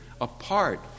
apart